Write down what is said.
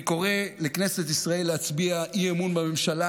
אני קורא לכנסת ישראל להצביע אי-אמון בממשלה